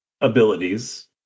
abilities